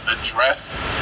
address